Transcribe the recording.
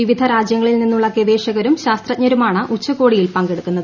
വിവിധ രാജ്യങ്ങളിൽ നിന്നുള്ള ഗവേഷകരും ശാസ്ത്രജ്ഞരുമാണ് ഉച്ചകോടിയിൽ പങ്കെടുക്കുന്നത്